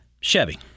Chevy